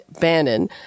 Bannon